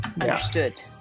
Understood